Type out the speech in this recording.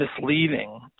misleading